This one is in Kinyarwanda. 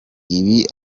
ibi